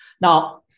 Now